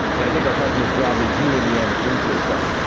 and i think our customers broadly do in the end appreciate that.